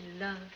love